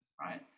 right